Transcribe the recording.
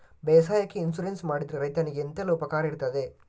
ಬೇಸಾಯಕ್ಕೆ ಇನ್ಸೂರೆನ್ಸ್ ಮಾಡಿದ್ರೆ ರೈತನಿಗೆ ಎಂತೆಲ್ಲ ಉಪಕಾರ ಇರ್ತದೆ?